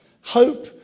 Hope